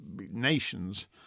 nations